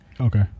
Okay